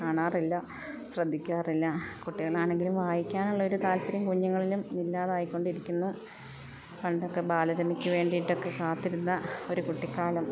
കാണാറില്ല ശ്രദ്ധിക്കാറില്ല കുട്ടികളാണെങ്കിലും വായിക്കാനുള്ളൊരു താല്പര്യം കുഞ്ഞുങ്ങളിലും ഇല്ലാതായിക്കൊണ്ടിരിക്കുന്നു പണ്ടൊക്കെ ബാലരമയ്ക്ക് വേണ്ടിയിട്ടൊക്കെ കാത്തിരുന്ന ഒരു കുട്ടിക്കാലം